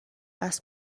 وصل